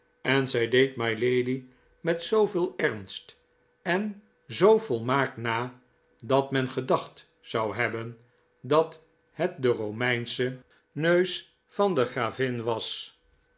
en zij deed mylady met zooveel ernst en zoo volmaakt na dat men gedacht zou hebben dat het de romeinsche neus van de gravin was